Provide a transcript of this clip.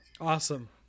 Awesome